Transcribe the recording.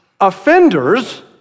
offenders